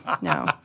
No